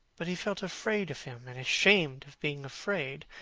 but he felt afraid of him, and ashamed of being afraid.